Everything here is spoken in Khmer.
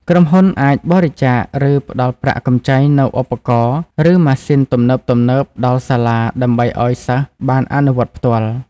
ក្រុមហ៊ុនអាចបរិច្ចាគ ឬផ្តល់ប្រាក់កម្ចីនូវឧបករណ៍ ឬម៉ាស៊ីនទំនើបៗដល់សាលាដើម្បីឱ្យសិស្សបានអនុវត្តផ្ទាល់។